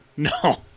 No